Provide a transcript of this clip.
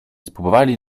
spróbowali